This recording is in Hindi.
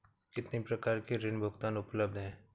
कितनी प्रकार के ऋण भुगतान उपलब्ध हैं?